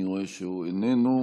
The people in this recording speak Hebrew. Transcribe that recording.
אני רואה שהוא איננו.